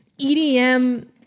EDM